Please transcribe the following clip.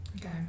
Okay